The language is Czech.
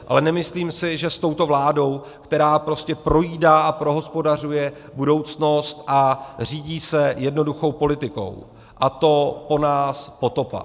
Ale nemyslím si, že s touto vládou, která prostě projídá a prohospodařuje budoucnost a řídí se jednoduchou politikou, a to po nás potopa.